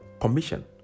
commission